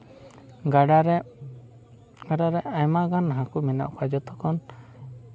ᱜᱟᱰᱟᱨᱮ ᱜᱟᱰᱟᱨᱮ ᱟᱭᱢᱟ ᱜᱟᱱ ᱦᱟᱹᱠᱩ ᱢᱮᱱᱟᱜ ᱠᱚᱣᱟ ᱡᱚᱛᱚ ᱠᱷᱚᱱ